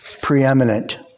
preeminent